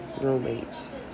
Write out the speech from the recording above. roommates